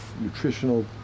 nutritional